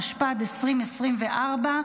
התשפ"ד 2024,